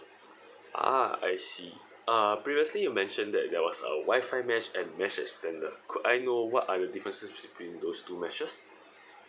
ah I see uh previously you mentioned that there was a WI-FI mesh and mesh extender could I know what are the differences between those two meshes